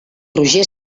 roger